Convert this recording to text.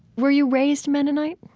were you raised mennonite?